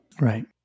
Right